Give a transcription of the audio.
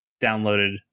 downloaded